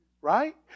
Right